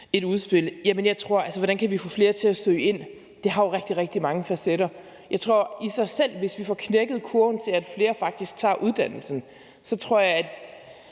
er færdige med et udspil. Hvordan kan vi få flere til at søge ind? Det har jo rigtig mange facetter. Jeg tror, at hvis vi får knækket kurven, så flere faktisk tager uddannelsen, kan det